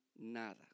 nada